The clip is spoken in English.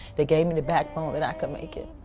they gave me the backbone that i could make it.